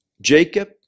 Jacob